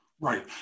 Right